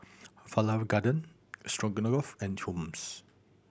Falafel Garden Stroganoff and Hummus